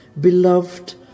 beloved